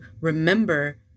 remember